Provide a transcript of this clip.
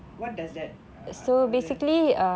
what does that uh அது:athu